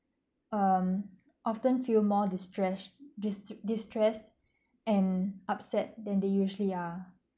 um often feel more distressed dis~ distressed and upset than they usually are